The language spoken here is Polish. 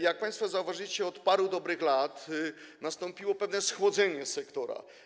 Jak państwo zauważyliście, od paru dobrych lat nastąpiło pewne schłodzenie sektora.